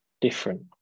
different